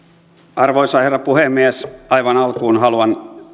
arvoisa herra puhemies aivan alkuun haluan